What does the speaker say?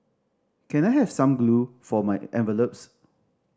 can I have some glue for my envelopes